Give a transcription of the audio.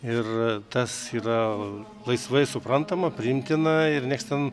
ir tas yra laisvai suprantama priimtina ir nieks ten